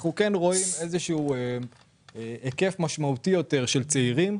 אנחנו רואים היקף משמעותי יותר של צעירים,